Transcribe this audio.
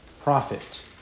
profit